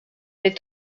est